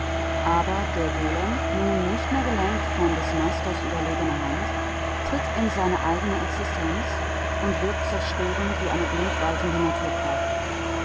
aber der golem nun nicht mehr gelenkt von des meisters überlegener hand tritt in seine eigene existenz und wirkt zerstörend wie eine blind waltende naturkraft